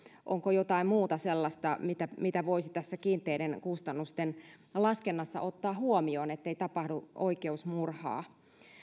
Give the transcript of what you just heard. onko jotain muuta sellaista mitä mitä voisi tässä kiinteiden kustannusten laskennassa ottaa huomioon ettei tapahdu oikeusmurhaa